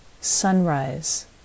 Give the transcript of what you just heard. Sunrise